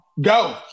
go